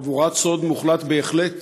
חבורת סוד מוחלט בהחלט